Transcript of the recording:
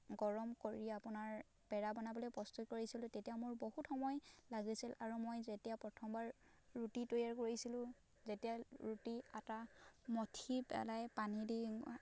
গৰম কৰি আপোনাৰ পেৰা বনাবলৈ প্ৰস্তুত কৰিছিলোঁ তেতিয়া মোৰ বহুত সময় লাগিছিল আৰু মই যেতিয়া প্ৰথমবাৰ ৰুটি তৈয়াৰ কৰিছিলোঁ যেতিয়া ৰুটি আটা মঠি পেলাই পানী দি